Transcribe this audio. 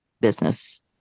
business